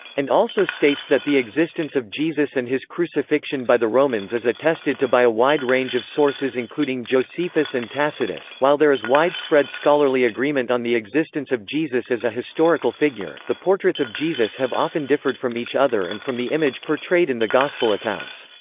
and also states that the existence of jesus and his crucifixion by the romans is attested to by a wide range of sources including josephus and tacitus while there is widespread scholarly agreement on the existence of jesus as a historical figure, the portraits of jesus have often differed from each other and from the image portrayed in the gospel accounts.